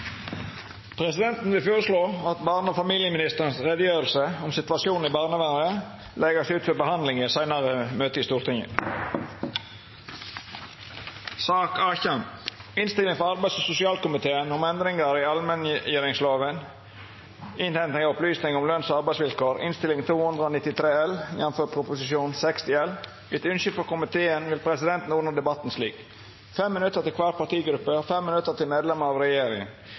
Presidenten vil føreslå at utgreiinga til barne- og familieministeren om situasjonen i barnevernet vert lagd ut til behandling i eit seinare møte i Stortinget. – Det er vedteke. Etter ønske frå arbeids- og sosialkomiteen vil presidenten ordna debatten slik: 5 minutt til kvar partigruppe og 5 minutt til medlemer av regjeringa.